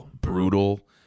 brutal